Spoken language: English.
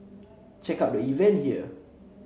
check out the event here